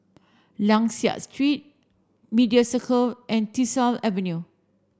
Liang Seah Street Media Circle and Tyersall Avenue